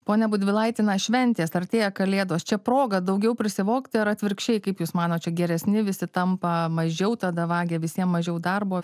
pone budvilaiti na šventės artėja kalėdos čia proga daugiau prisivogti ar atvirkščiai kaip jūs manot čia geresni visi tampa mažiau tada vagia visiem mažiau darbo